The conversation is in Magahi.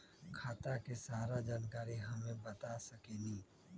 खाता के सारा जानकारी हमे बता सकेनी?